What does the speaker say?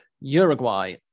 Uruguay